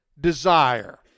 desire